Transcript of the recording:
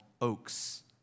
oaks